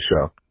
show